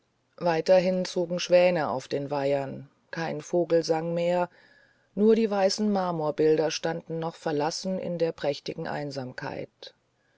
weiterhin zogen schwäne auf den weihern kein vogel sang mehr nur die weißen marmorbilder standen noch verlassen in der prächtigen einsamkeit